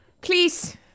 please